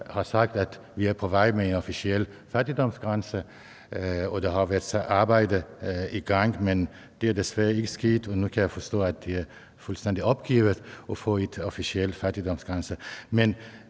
har sagt, at de er på vej med en officiel fattigdomsgrænse, og der har været et arbejde i gang, men der er desværre ikke sket noget. Og nu kan jeg forstå, at man fuldstændig har opgivet at få en officiel fattigdomsgrænse.